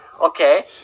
Okay